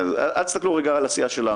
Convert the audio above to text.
אל תסתכלו על הסיעה שלנו.